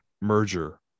merger